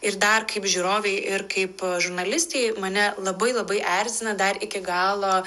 ir dar kaip žiūrovei ir kaip žurnalistei mane labai labai erzina dar iki galo